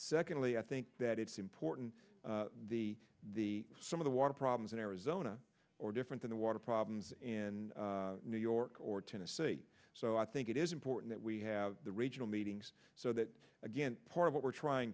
secondly i think that it's important the the some of the water problems in arizona or different than water problems in new york or tennessee so i think it is important that we have the regional meetings so that again part of what we're trying